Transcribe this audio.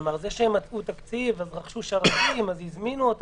כלומר, זה שהם מצאו תקציב, רכשו שרתים וכדומה,